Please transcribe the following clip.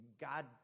God